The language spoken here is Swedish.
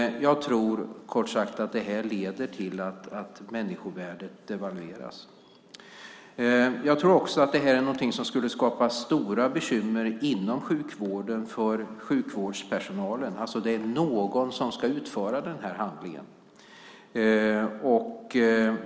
Jag tror kort sagt att det här leder till att människovärdet devalveras. Jag tror också att det här är någonting som skulle skapa stora bekymmer inom sjukvården för sjukvårdspersonalen. Det är någon som ska utföra den här handlingen.